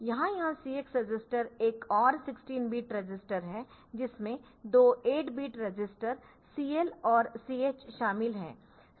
यहां यह CX register एक और 16 बिट रजिस्टर है जिसमें दो 8 बिट रजिस्टर CL और CH शामिल है